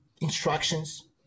instructions